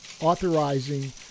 authorizing